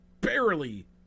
barely